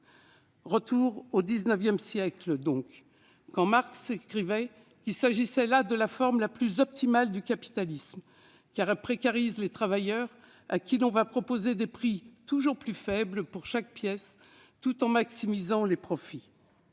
Retour au XIX siècle, donc, quand Marx écrivait qu'il s'agissait là de la forme la plus optimale du capitalisme, car elle précarise les travailleurs à qui l'on propose des prix toujours plus faibles pour chaque pièce, tout en maximisant les profits.